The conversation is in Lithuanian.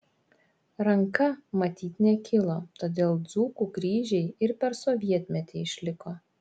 ranka matyt nekilo todėl dzūkų kryžiai ir per sovietmetį išliko